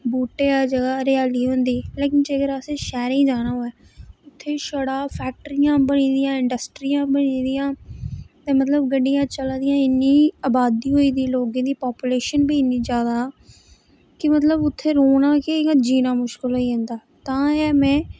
बूह्टे हर जगह् हरेयाली होंदी लेकिन जेकर असें शैह्रें गी जाना होऐ उत्थै छड़ा फैक्टरियां बनी दियां इंड्रस्टियां बनी दियां ते मतलब गड्डियां चलै दियां इन्नी अबादी होई गेदी लोगें दी पापूलेशन बी इन्नी जादा कि मतलब उत्थै रौह्ना के इयां जीना मुश्कल होई जंदा तां गै मैं